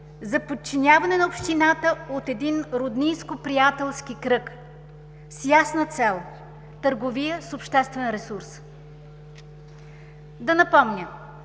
за подчиняване на общината от един роднинско-приятелски кръг, с ясна цел – търговия с обществен ресурс. Да напомня